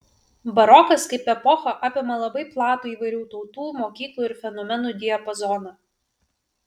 barokas kaip epocha apima labai platų įvairių tautų mokyklų ir fenomenų diapazoną